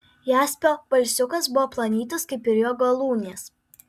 jaspio balsiukas buvo plonytis kaip ir jo galūnės